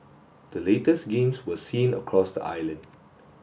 the latest gains were seen across the island